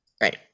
Right